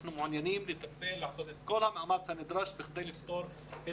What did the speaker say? אנחנו מעוניינים לטפל ולעשות את כל המאמץ הנדרש כדי לפתור את